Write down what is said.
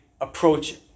approach